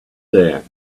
there